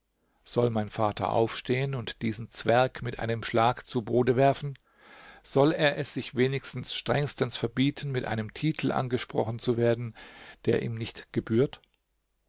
soll mein vater aufstehen und diesen zwerg mit einem schlag zu boden werfen soll er es sich wenigstens strengstens verbieten mit einem titel angesprochen zu werden der ihm nicht gebührt